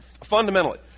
fundamentally